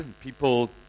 People